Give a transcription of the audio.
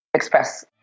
express